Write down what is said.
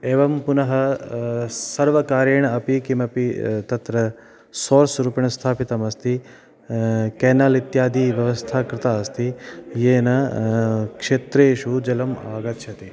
एवं पुनः सर्वकारेण अपि किमपि तत्र सोर्स् रूपेण स्थापितमस्ति केनेल् इत्यादि व्यवस्था कृता अस्ति येन क्षेत्रेषु जलम् आगच्छति